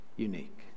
unique